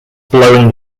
blowing